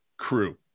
crew